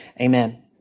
amen